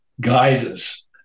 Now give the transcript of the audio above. guises